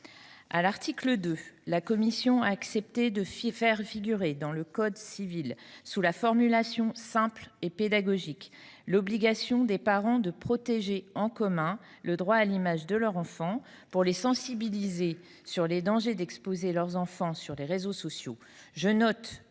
À l’article 2, la commission a accepté de faire figurer dans le code civil, sous une formulation simple et pédagogique, l’obligation des parents de protéger en commun le droit à l’image de leur enfant, afin de les sensibiliser aux dangers qu’emporte l’exposition de leurs enfants sur les réseaux sociaux. Je note